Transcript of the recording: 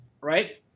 right